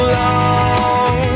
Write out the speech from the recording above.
long